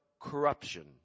corruption